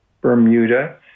Bermuda